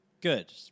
Good